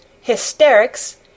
hysterics